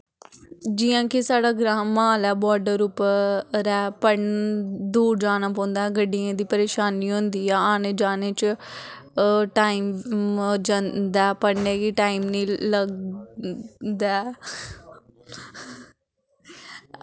जि'यां कि साढ़ा ग्रांऽ माह्ल ऐ बॉर्डर उप्पर ऐ पढ़न दूर जाना पौंदा ऐ गड्डियें दी परेशानी होंदी ऐ औने जाने च टैम होई जंदा पढ़ने गी टैम निं लगदा होर